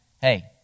hey